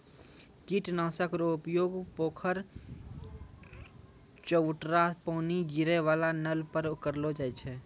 कीट नाशक रो उपयोग पोखर, चवुटरा पानी गिरै वाला नल पर करलो जाय छै